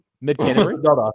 Mid-Canterbury